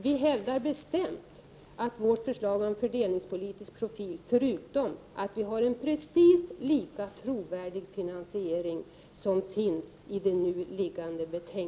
Vi hävdar bestämt att vårt förslag har en fördelningspolitisk profil och att vi har föreslagit en precis lika trovärdig finansiering som föreslås i propositionen.